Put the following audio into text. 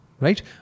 right